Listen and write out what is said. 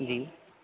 जी